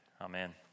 Amen